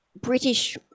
British